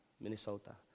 Minnesota